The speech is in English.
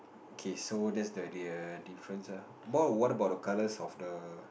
okay so that's the real difference ah what about the colors of the